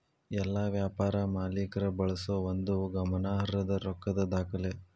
ಎಲ್ಲಾ ವ್ಯಾಪಾರ ಮಾಲೇಕ್ರ ಬಳಸೋ ಒಂದು ಗಮನಾರ್ಹದ್ದ ರೊಕ್ಕದ್ ದಾಖಲೆ